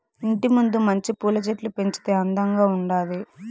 ఇంటి ముందు మంచి పూల చెట్లు పెంచితే అందంగా ఉండాది